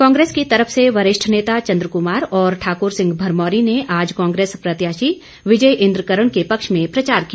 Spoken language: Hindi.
कांग्रेस की तरफ से वरिष्ठ नेता चंद्र कुमार और ठाकुर सिह भरमौरी ने आज कांग्रेस प्रत्याशी विजय इंद्र कर्ण के पक्ष में प्रचार किया